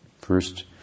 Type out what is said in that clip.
first